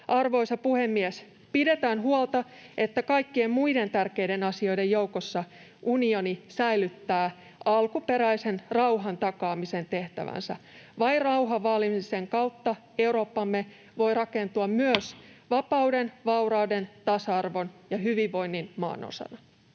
Arvoisa puhemies! Pidetään huolta, että kaikkien muiden tärkeiden asioiden joukossa unioni säilyttää alkuperäisen rauhan takaamisen tehtävänsä. Vain rauhan vaalimisen kautta Eurooppamme voi rakentua myös vapauden, vaurauden, tasa-arvon ja hyvinvoinnin maanosana.